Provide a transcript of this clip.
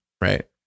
Right